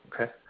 Okay